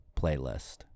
playlist